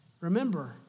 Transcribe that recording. remember